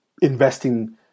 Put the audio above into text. investing